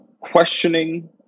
questioning